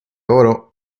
oro